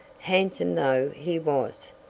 handsome though he was.